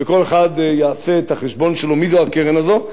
וכל אחד יעשה את החשבון שלו מי זו הקרן הזאת.